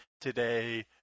today